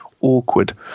awkward